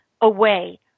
away